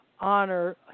honor